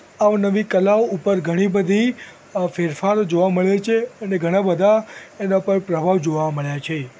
અવનવી કલાઓ ઉપર ઘણીબધી ફેરફારો જોવા મળે છે અને ઘણા બધા એના પર પ્રભાવ જોવા મળ્યા છે